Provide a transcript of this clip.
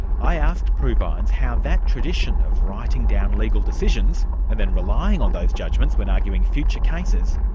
i asked prue vines how that tradition of writing down legal decisions and then relying on those judgments when arguing future cases,